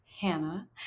Hannah